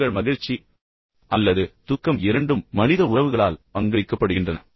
உங்கள் மகிழ்ச்சி அல்லது துக்கம் இரண்டும் மனித உறவுகளால் பங்களிக்கப்படுகின்றன